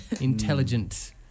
Intelligent